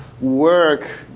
work